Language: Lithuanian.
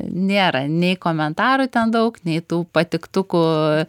nėra nei komentarų ten daug neitų patiktukų